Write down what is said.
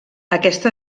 aquesta